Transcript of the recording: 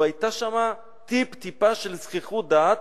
לא היתה שם טיפ-טיפה של זחיחות דעת,